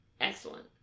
Excellent